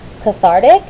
cathartic